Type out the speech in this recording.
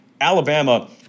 Alabama